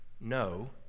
No